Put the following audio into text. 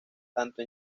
tanto